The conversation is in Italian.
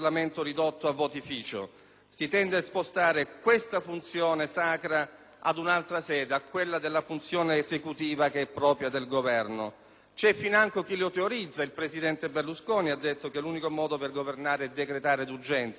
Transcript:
Si tende a spostare questa funzione sacra ad un'altra sede, a quella della funzione esecutiva, che è propria del Governo. C'è financo chi lo teorizza: il presidente Berlusconi ha affermato che l'unico modo di governare è decretare d'urgenza, salvo poi